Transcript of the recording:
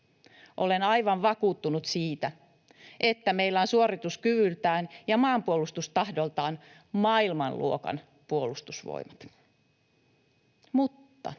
Olen aivan vakuuttunut siitä, että meillä on suorituskyvyltään ja maanpuolustustahdoltaan maailmanluokan puolustusvoimat. Mutta